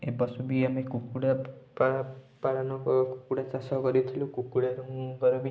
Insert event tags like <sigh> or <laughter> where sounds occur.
ଏବର୍ଷ ବି ଆମେ କୁକୁଡ଼ା ପାଳନ କୁକୁଡ଼ା ଚାଷ କରିଥିଲୁ କୁକୁଡ଼ାରୁ ମୁଁ <unintelligible>